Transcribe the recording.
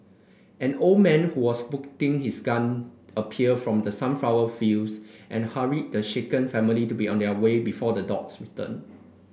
an old man who was putting his gun appeared from the sunflower fields and hurried the shaken family to be on their way before the dogs return